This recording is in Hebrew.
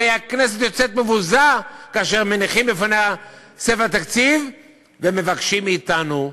הרי הכנסת יוצאת מבוזה כאשר מניחים בפניה ספר תקציב ומבקשים מאתנו: